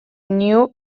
news